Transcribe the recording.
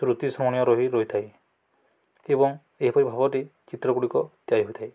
ଶ୍ରୁତି ସ୍ମରଣୀୟ ରହି ରହିଥାଏ ଏବଂ ଏହିପରି ଭାବରେ ଚିତ୍ରଗୁଡ଼ିକ ତିଆରି ହୋଇଥାଏ